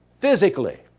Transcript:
physically